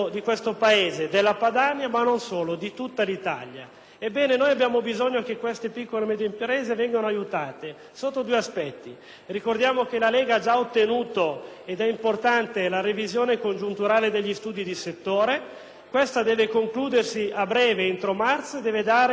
Abbiamo bisogno che queste piccole e medie imprese vengano aiutate sotto due aspetti. In proposito, ricordiamo che la Lega ha già ottenuto (ed è importante) la revisione congiunturale degli studi di settore, che dovrà concludersi a breve, entro marzo, e dare sicurezza e certezza alle piccole imprese che stanno